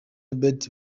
robben